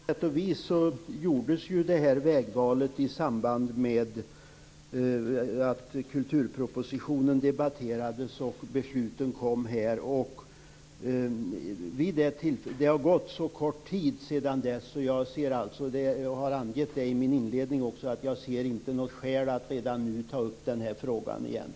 Fru talman! På sätt och vis gjordes ju det här vägvalet i samband med att kulturpropositionen debatterades och besluten fattades här. Det har gått så kort tid sedan dess. Jag ser inte något skäl att redan nu ta upp den här frågan igen. Det angav jag också i min inledning.